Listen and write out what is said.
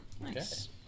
Nice